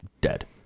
dead